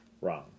Wrong